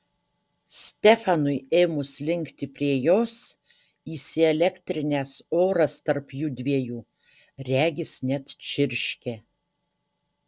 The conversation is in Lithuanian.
stefanui ėmus linkti prie jos įsielektrinęs oras tarp jųdviejų regis net čirškė